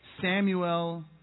Samuel